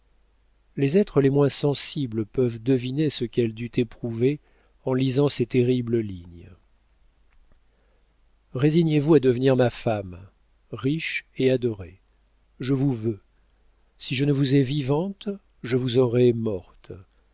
les êtres les moins sensibles peuvent deviner ce qu'elle dut éprouver en lisant ces terribles lignes résignez-vous à devenir ma femme riche et adorée je vous veux si je ne vous ai vivante je vous aurai morte